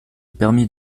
permis